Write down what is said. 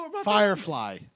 Firefly